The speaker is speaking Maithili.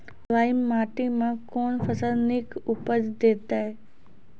बलूआही माटि मे कून फसल नीक उपज देतै?